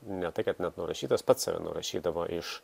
ne tai kad net nurašytas pats save nurašydavo iš